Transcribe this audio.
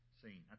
seen